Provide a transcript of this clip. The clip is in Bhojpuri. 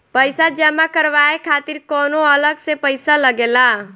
पईसा जमा करवाये खातिर कौनो अलग से पईसा लगेला?